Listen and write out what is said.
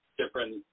different